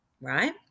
right